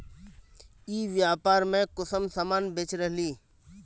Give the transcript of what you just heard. ई व्यापार में कुंसम सामान बेच रहली?